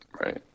Right